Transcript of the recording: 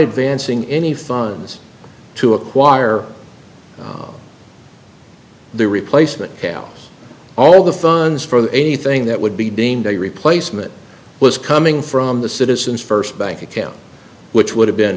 advancing any funds to acquire the replacement hales all the funds for anything that would be deemed a replacement was coming from the citizens first bank account which would have been